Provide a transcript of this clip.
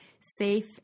safe